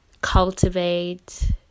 cultivate